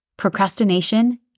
Procrastination